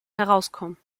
herauskommen